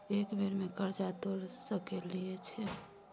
एक बेर में कर्जा तोर सके छियै की?